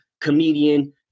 comedian